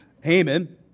Haman